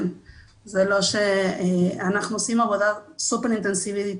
אנחנו עושים עבודה סופר אינטנסיבית,